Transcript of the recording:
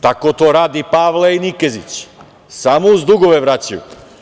Tako to rade Pavle i Nikezić, samo uz dugove vraćaju.